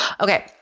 Okay